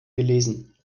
gelesen